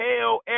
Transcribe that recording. hell